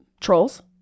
Trolls